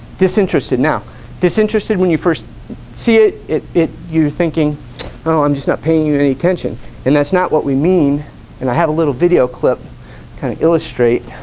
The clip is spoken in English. disinterested now disinterested when you first see it it it you thinking so i'm just not paying and attention and that's not what we mean and i have a little video clip kind of illustrate